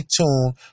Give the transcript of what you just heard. tuned